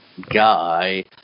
guy